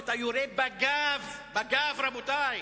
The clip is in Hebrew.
שאתה יורה בגב, בגב, רבותי,